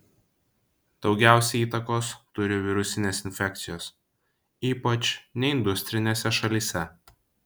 daugiausiai įtakos turi virusinės infekcijos ypač neindustrinėse šalyse